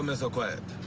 and so quiet?